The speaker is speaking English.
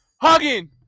hugging